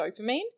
dopamine